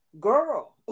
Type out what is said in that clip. girl